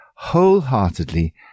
wholeheartedly